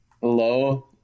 Hello